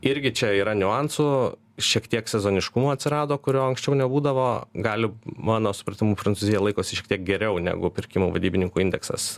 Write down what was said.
irgi čia yra niuansų šiek tiek sezoniškumo atsirado kurio anksčiau nebūdavo gali mano supratimu prancūzija laikosi šiek tiek geriau negu pirkimo vadybininkų indeksas